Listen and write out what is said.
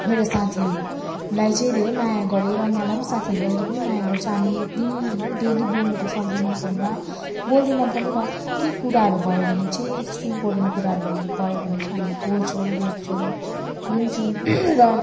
मेरो साथीहरूलाई चाहिँ धेरै माया गरेँ र मलाई साथीहरूले अहिले पनि माया गर्छ हामी दिन डेली बोल्नु त सक्दैनौँ फोनमा बोल्दैनौँ पनि र केही कुराहरू भयो भने चाहिँ त्यस्तै इम्पोर्टेन्ट कुराहरू भयो भने चाहिँ हामी बोल्छौँ भेट्छौँ घुम्छौँ र